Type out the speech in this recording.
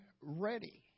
ready